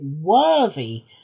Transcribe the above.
worthy